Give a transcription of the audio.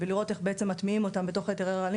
ולראות איך בעצם מטמיעים אותם בתוך היתרי רעלים